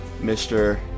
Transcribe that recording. Mr